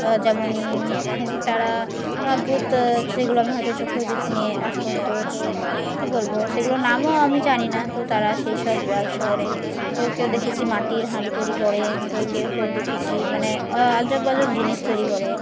যেমন তারা অদ্ভুত সেগুলো আমি হয়তো চোখেখ দেখে নিয়ে আসবো তো তো কী বলবো সেগুলোর নামও আমি জানি না তো তারা সেই সব ব্যবসা করে কেউ কেউ দেখেছি মাটির হাঁড়ি তৈরি করে তো কেউ কেউ দেখেছি মানে আজব আজব জিনিস তৈরি করে